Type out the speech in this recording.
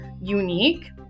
unique